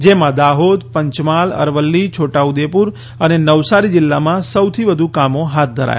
જેમાં દાહોદ પંચમહાલ અરવલ્લી છોટા ઉદેપુર અને નવસારી જિલ્લામાં સૌથી વધુ કામો હાથ ધરાયા છે